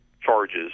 charges